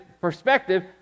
Perspective